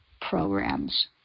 programs